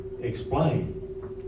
explain